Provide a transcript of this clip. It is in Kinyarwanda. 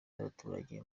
y’abaturage